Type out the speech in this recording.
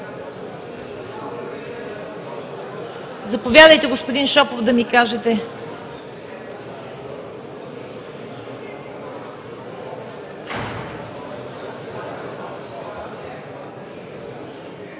Заповядайте, господин Шопов, да ми кажете